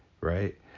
Right